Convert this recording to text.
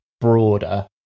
broader